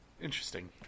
Interesting